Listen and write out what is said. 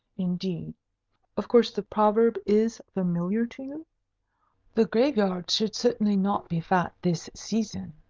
indeed of course the proverb is familiar to you the graveyards should certainly not be fat this season.